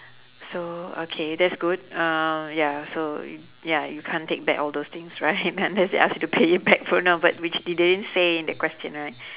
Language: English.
so okay that's good uh ya so ya you can't take back all those things right unless they ask you to pay it back for now but which the~ they didn't say in the question right